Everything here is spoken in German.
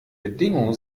bedingungen